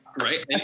right